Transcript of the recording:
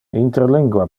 interlingua